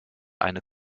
eine